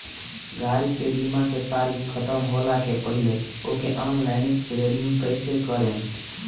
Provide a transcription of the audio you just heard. गाड़ी के बीमा के तारीक ख़तम होला के पहिले ओके ऑनलाइन रिन्यू कईसे करेम?